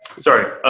sorry,